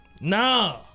Nah